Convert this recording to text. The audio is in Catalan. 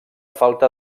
falta